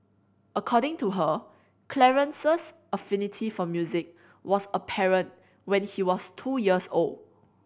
according to her Clarence's affinity for music was apparent when he was two years old